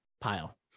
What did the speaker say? pile